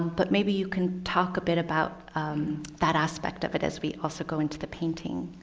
but maybe you can talk a bit about that aspect of it as we also go into the painting.